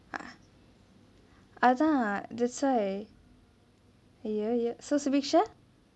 ah அதா:athaa that's why !aiyo! !aiyo! so subikshaa